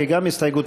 שיקום שכונות,